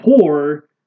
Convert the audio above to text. poor